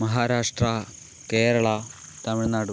Maharashtra Kerala Tamil Nadu